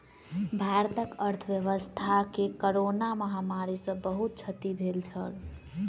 भारतक अर्थव्यवस्था के कोरोना महामारी सॅ बहुत क्षति भेल छल